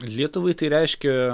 lietuvai tai reiškia